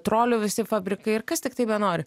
trolių visi fabrikai ir kas tiktai benori